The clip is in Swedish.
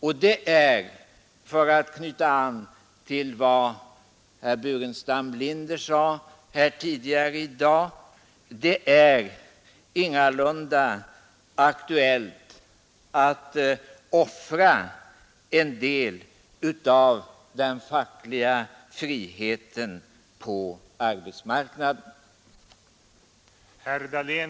Och det är, för att knyta an till vad herr Burenstam Linder sade tidigare i dag, ingalunda aktuellt att offra en del av den fackliga friheten på arbetsmarknaden.